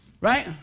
right